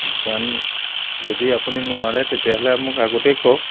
কাৰণ যদি আপুনি নোৱাৰে তেতিয়াহ'লে মোক আগতেই কওক